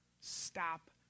Stop